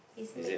is it